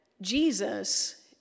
Jesus